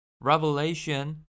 Revelation